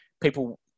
people